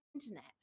internet